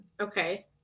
Okay